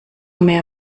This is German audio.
mehr